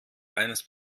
eines